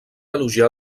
elogiar